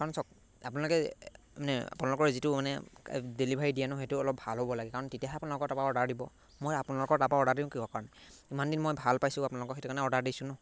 কাৰণ চাওক আপোনালোকে মানে আপোনালোকৰ যিটো মানে ডেলিভাৰী দিয়ে ন সেইটো অলপ ভাল হ'ব লাগে কাৰণ তেতিয়াহে আপোনালোকৰ তাপা অৰ্ডাৰ দিব মই আপোনালোকৰ তাপা অৰ্ডাৰ দিওঁ কিহৰ কাৰণে ইমান দিন মই ভাল পাইছোঁ আপোনালোকক সেইটো কাৰণে অৰ্ডাৰ দিছোঁ ন